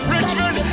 Richmond